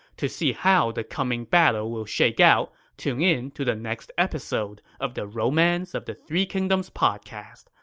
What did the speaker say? to see how the coming battle will shake out, tune in to the next episode of the romance of the three kingdoms podcast.